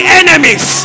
enemies